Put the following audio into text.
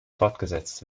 fortgesetzt